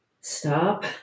stop